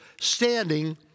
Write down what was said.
standing